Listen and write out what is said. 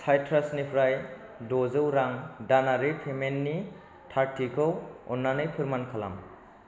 साइट्रासनिफ्राय दजौ रां दानारि पेमेन्टनि थारथिखौ अन्नानै फोरमान खालाम